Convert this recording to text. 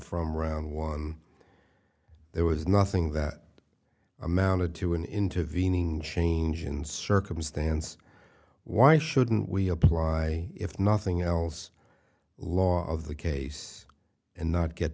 from round one there was nothing that amounted to an intervening change in circumstance why shouldn't we apply if nothing else law of the case and not get